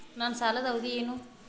ನನ್ನ ಸಾಲದ ಅವಧಿ ಏನು?